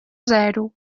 zero